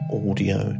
audio